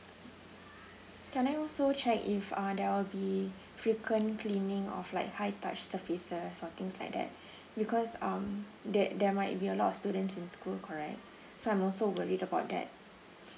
can I also check if uh there'll be frequent cleaning of like high touch surfaces or things like that because um there there might be a lot of students in school correct so I'm also worried about that